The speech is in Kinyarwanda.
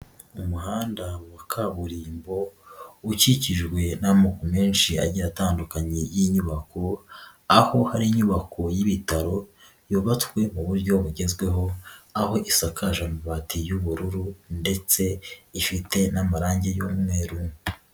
Umuhanda wa kaburimbo ukikijwe n'amoko menshi agiye atandukanye y'inyubako, aho ari inyubako y'ibitaro yubatswe mu buryo bugezweho aho isakaje amabati y'ubururu ndetse ifite n'amarange y'umweru.